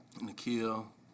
Nikhil